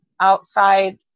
outside